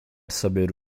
saber